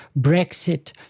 Brexit